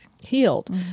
healed